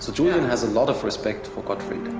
so julian has a lot of respect for gottfrid. i